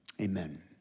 amen